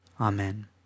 Amen